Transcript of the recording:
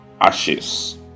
ashes